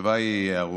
התשובה היא ארוכה,